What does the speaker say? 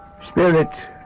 Spirit